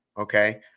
Okay